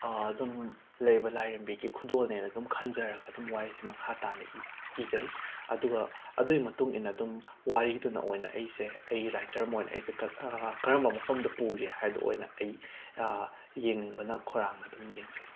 ꯑꯗꯨꯝ ꯂꯩꯔꯤꯕ ꯂꯥꯏꯔꯦꯝꯕꯤꯒꯤ ꯈꯨꯗꯣꯜꯅꯦꯅ ꯑꯗꯨꯝ ꯈꯟꯖꯔꯒ ꯑꯗꯨꯝ ꯋꯥꯔꯤꯁꯤ ꯃꯈꯥ ꯇꯥꯅ ꯏ ꯏꯖꯩ ꯑꯗꯨꯒ ꯑꯗꯨꯒꯤ ꯃꯇꯨꯡ ꯏꯟꯅ ꯑꯗꯨꯝ ꯋꯥꯔꯤꯗꯨꯅ ꯑꯣꯏꯅ ꯑꯩꯁꯦ ꯑꯩ ꯔꯥꯏꯇꯔ ꯑꯃ ꯑꯣꯏꯅ ꯑꯩꯁꯦ ꯀꯔꯝꯕ ꯃꯐꯝꯗ ꯄꯨꯒꯦ ꯍꯥꯏꯕꯗꯣ ꯑꯣꯏꯅ ꯑꯩ ꯌꯦꯡꯅꯤꯡꯕꯅ ꯈꯧꯔꯥꯡꯅ ꯑꯗꯨꯝ ꯌꯦꯡꯖꯩ